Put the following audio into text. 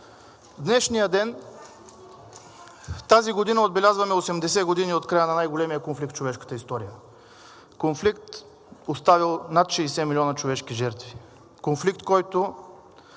На днешния ден тази година отбелязваме 80 години от края на най-големия конфликт в човешката история – конфликт, оставил над 60 милиона човешки жертви, конфликт, който